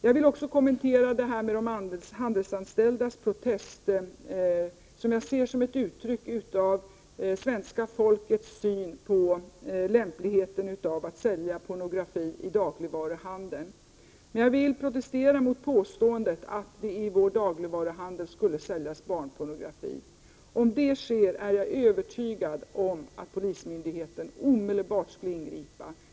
Jag vill också kommentera de handelsanställdas protester, som jag ser som ett uttryck för svenska folkets syn på lämpligheten av att sälja pornografi i dagligvaruhandeln. Men jag vill protestera mot påståendet att det i vår dagligvaruhandel skulle säljas barnpornografi. Jag är övertygad om att om det sker skulle polismyndigheten omedelbart ingripa.